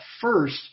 first